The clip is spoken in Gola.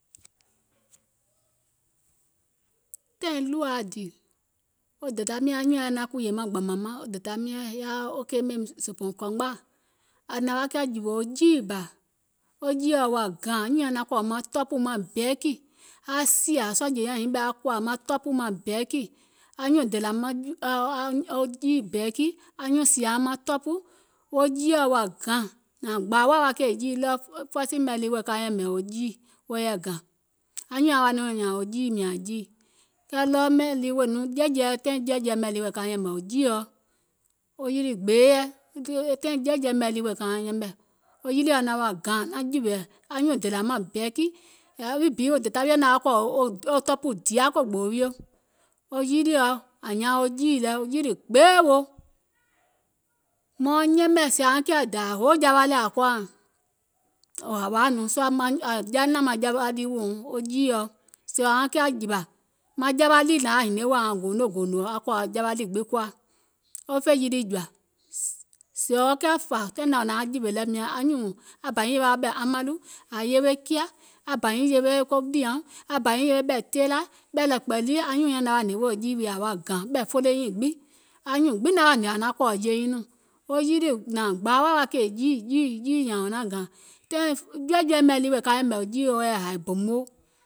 Tàìŋ ɗùȧa dìì wo dèda miɔ̀ŋ anyùʋŋ nyaŋ yaȧ naȧŋ kùwùè maŋ gbȧmȧŋ maŋ, wo dèda miɔ̀ŋ yaȧ wo keemeim zòòbɔ̀ɔ̀ŋ kɔ̀ùmgbaȧ, ȧŋ naŋ wa kiȧ jìwè wo jiì bȧ, wo jiìɔ wa gȧŋ, anyùùŋ naŋ kɔ̀ maŋ tɔpù maŋ bɛɛkì aaŋ sìȧ aŋ sɔìjè nyaŋ nyiŋ ɓɛɛ aŋ kòȧ maŋ tɔpù maŋ bɛɛkì, anyuùŋ dèlȧ wo jiì bɛɛkì, anyuùŋ sìauŋ maŋ tɔpù, wo jiìɔ wa gȧŋ nȧȧŋ gbȧ woȧ wa kèè jiì fɔsì mɛ̀ lii wa wèè ka yɛ̀mɛ̀ wo jiì wo yɛi gȧŋ, anyùùŋ nyaŋ woȧ wa nɔŋ nyȧȧŋ wo jiì mìȧŋ jiì, kɛɛ ɗɔɔ mɛ̀ lii wèè nɔŋ jiɛ̀jiɛ̀ɛ wèè ka yɛ̀mɛ̀ jiìɔ, wo yiì gbee yɛi e taìŋ jiɛ̀jiɛ̀ mɛ̀ lii wèè kauŋ yɛmɛ̀, wo yilìɔ naŋ wa gȧŋ, wo yilìɔ ȧŋ nyaaŋ wo jiì lɛ wo yilì gbee wo, mauŋ yɛmɛ̀ sèè auŋ kiȧ dȧȧ hoo jawa lɛɛ̀ ȧŋ koàuŋ, sèè auŋ kiȧ jìwȧ maŋ jawa ɗi nȧŋ yaȧ hiniè wèè auŋ goono gòònò maŋ jawa ɗi koȧ, e fè yilì jɔ̀ȧ, sèè wo kiȧ fà taìŋ nɛ ȧŋ nauŋ jìwè lɛ, mìȧŋ anyùùŋ aŋ bà nyiŋ yewe wa ɓɛ̀ amaɗù, ȧŋ yewe kiȧ, aŋ bȧ nyiŋ yewe ko ɗiàùŋ, bȧ nyiŋ ɓɛ̀ teenlȧ, ɓɛ̀ lɛ̀kpɛ̀, jiìɔ naŋ wa gȧŋ naŋ jùò sùȧ, maŋ yɛ̀mɛ̀ kaa wiɔ̀ naŋ wa diè, è kùwaùŋ hoo taìŋ almore wȧȧ è yȧaùŋ gbilie, becauae fè wa jiì jɔ̀ȧ maŋ yɛ̀mɛ̀ fɛiɔ̀ kanɔ̀ɔŋ wò naŋ kpɔtukpɔ̀tù, wèè mauŋ dɔɔ̀ è fè dɔ̀ɔ̀ɔ jɔa, ȧŋ woȧ nyȧȧŋ yilì, wo yilì gbee nȧŋ yaȧ mȧȧŋ wo jiì, nyùùŋ gbiŋ naŋ hnè yaȧ kòȧ sùȧ jiì bɛɛkì, wo dèda miɔ̀ŋ wuŋ guùŋ naŋ wa yɛ̀mɛ̀ tɔ̀pù guùŋ, keeme miɔ̀ŋ wuŋ aŋ jiì nɔŋ wò jiwe wa yilì gbeegbèè nyiiŋ nɔŋ wò jiwe wa wo dayȧ deeyèuŋ nɛɛmaŋ, aŋ yilì gbeegbèè nɔŋ wò jiwe wa, ȧŋ woȧ nyȧȧn jiì wò mȧȧŋ ke saaŋ kpùnȧŋ.